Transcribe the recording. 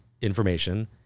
information